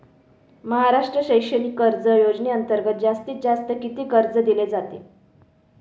महाराष्ट्र शैक्षणिक कर्ज योजनेअंतर्गत जास्तीत जास्त किती कर्ज दिले जाते?